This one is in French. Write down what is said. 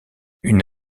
une